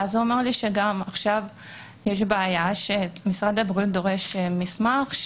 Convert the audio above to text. ואז הוא אמר לי שעכשיו יש בעיה שמשרד הבריאות דורש מסמך,